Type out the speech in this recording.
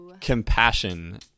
compassion